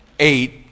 Eight